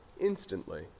instantly